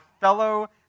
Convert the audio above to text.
fellow